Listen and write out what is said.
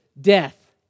death